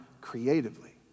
creatively